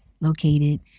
Located